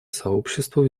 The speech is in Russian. сообщество